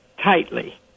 tightly